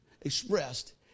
expressed